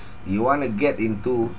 you want to get into